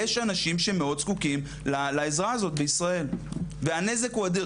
יש אנשים שמאוד זקוקים לעזרה הזאת בישראל והנזק הוא אדיר,